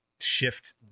shift